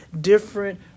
different